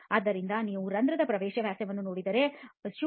ಆದ್ದರಿಂದ ನೀವು ರಂಧ್ರದ ಪ್ರವೇಶ ವ್ಯಾಸವನ್ನು ನೋಡಿದರೆ 0